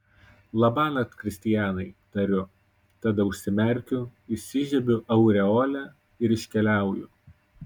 labanakt kristianai tariu tada užsimerkiu įsižiebiu aureolę ir iškeliauju